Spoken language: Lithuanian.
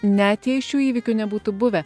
net jei šių įvykių nebūtų buvę